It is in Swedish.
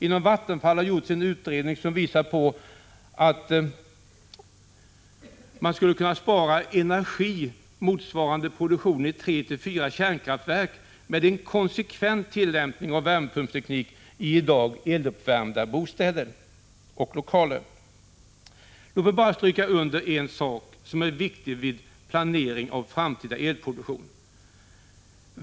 Inom Vattenfall har gjorts en utredning, som visar att man skulle kunna spara energi motsvarande produktionen i tre-fyra kärnkraftverk med en konsekvent tillämpning av värmepumpsteknik i bostäder och lokaler som i dag är eluppvärmda. Låt mig bara stryka under en sak, som är viktig vid planering av framtida elproduktion.